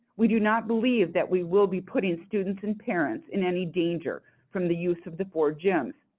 we do not believe that we will be putting students and parents in any danger from the use of the four gyms.